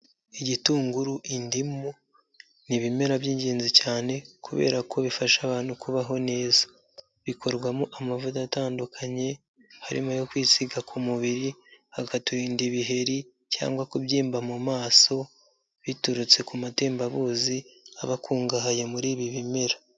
Igitunguru, indimu ni ibimera by'ingenzi cyane kubera ko bifasha abantu kubaho neza bikorwamo amavuta atandukanye harimo ayo kwisiga ku mubiri, akaturinda ibiheri cyangwa kubyimba mu maso biturutse ku matembabuzi aba akungahaye muri ibi bimera.